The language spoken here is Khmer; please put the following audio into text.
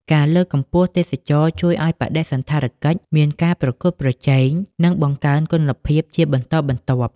ការលើកកម្ពស់ទេសចរណ៍ជួយឲ្យបដិសណ្ឋារកិច្ចមានការប្រកួតប្រជែង និងបង្កើនគុណភាពជាបន្តបន្ទាប់។